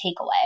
takeaway